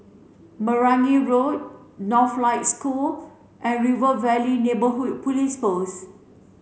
Meragi Road Northlight School and River Valley Neighbourhood Police Post